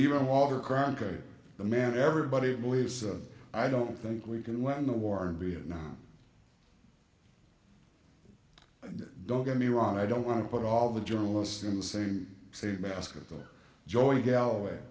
even walter cronkite the man everybody believes of i don't think we can win the war in vietnam and don't get me wrong i don't want to put all the journalists in the same same basket or join gal